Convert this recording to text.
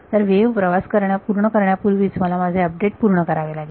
तर वेव्ह प्रवास पूर्ण करण्यापूर्वीच मला माझे अपडेट पूर्ण करावे लागेल